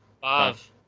Five